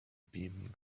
beam